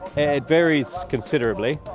it varies considerably,